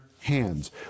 hands